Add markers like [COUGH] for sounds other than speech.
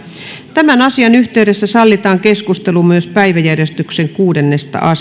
tämän asian yhteydessä sallitaan keskustelu myös päiväjärjestyksen kuudennesta [UNINTELLIGIBLE]